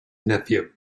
nephew